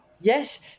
Yes